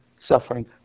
suffering